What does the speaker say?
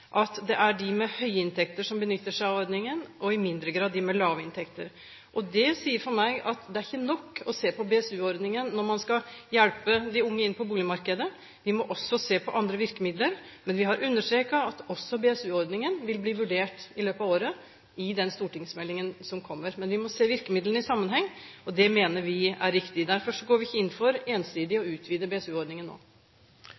at det er de med høye inntekter som benytter seg av ordningen, og i mindre grad de med lave inntekter. Det sier meg at det ikke er nok å se på BSU-ordningen når man skal hjelpe de unge inn på boligmarkedet, vi må også se på andre virkemidler. Men vi har understreket at også BSU-ordningen vil bli vurdert i løpet av året i den stortingsmeldingen som kommer. Vi må se virkemidlene i sammenheng, og det mener vi er riktig. Derfor går vi ikke inn for ensidig å